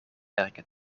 werken